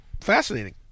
fascinating